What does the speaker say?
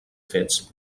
fets